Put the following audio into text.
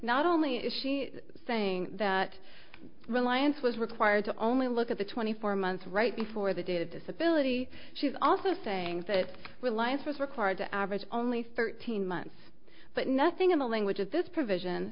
not only is she saying that reliance was required to only look at the twenty four months right before the date of disability she's also saying that reliance was required to average only thirteen months but nothing in the language of this provision